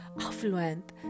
affluent